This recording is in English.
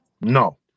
No